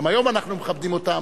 גם היום אנחנו מכבדים אותם,